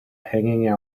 hanging